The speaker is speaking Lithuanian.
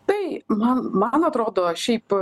tai man man atrodo šiaip